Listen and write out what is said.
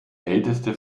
älteste